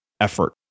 effort